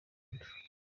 rwanda